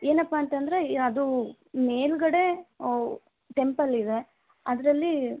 ಏನಪ್ಪಾ ಅಂತಂದರೆ ಅದು ಮೇಲುಗಡೆ ಟೆಂಪಲ್ ಇದೆ ಅದರಲ್ಲಿ